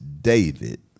David